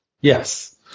yes